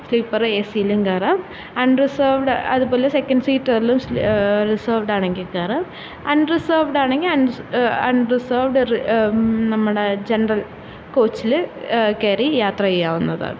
sleeper A സിയിലും കയറാം unreserved അതുപോലെ സെക്കൻഡ് സീറ്ററിലും റിസേർവ്ഡ് ആണെങ്കില് കയറാം അൺറിസേർവ്ഡ് ആണെങ്കില് അൺറിസേർവ്ഡ് നമ്മുടെ ജെനറൽ കോച്ചില് കയറി യാത്ര ചെയ്യാവുന്നതാണ്